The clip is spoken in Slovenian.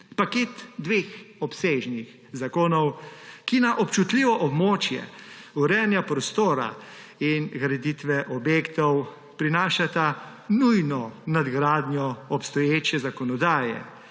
paket dveh obsežnih zakonov, ki na občutljivo območje urejanja prostora in graditve objektov prinašata nujno nadgradnjo obstoječe zakonodaje